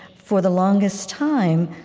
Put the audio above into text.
for the longest time,